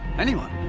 anyone?